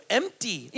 empty